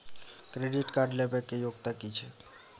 Credit card लेबै के योग्यता कि छै?